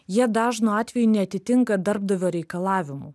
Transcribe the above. jie dažnu atveju neatitinka darbdavio reikalavimų